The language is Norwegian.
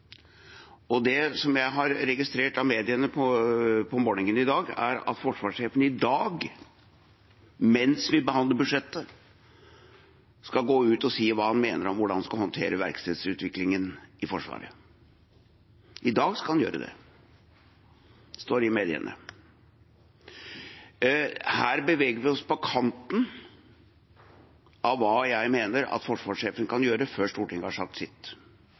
alle samfunnsområder. Det jeg har registrert i mediene på morgenen i dag, er at forsvarssjefen i dag, mens vi behandler budsjettet, skal gå ut og si hva han mener om hvordan man skal håndtere verkstedsutviklingen i Forsvaret. I dag skal han gjøre det, står det i mediene. Her beveger vi oss på kanten av hva jeg mener at forsvarssjefen kan gjøre før Stortinget har sagt sitt.